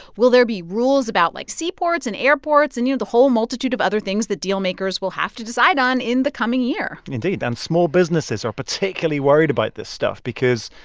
will there be rules about, like, sea ports and airports and, you know, the whole multitude of other things that dealmakers will have to decide on in the coming year indeed. and small businesses are particularly worried about this stuff because,